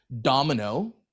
domino